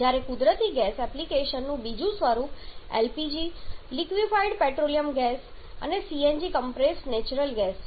જ્યારે કુદરતી ગેસ એપ્લિકેશનનું બીજું સ્વરૂપ એલપીજી લિક્વિફાઇડ પેટ્રોલિયમ ગેસ અને સીએનજી કોમ્પ્રેસ્ડ નેચરલ ગેસ છે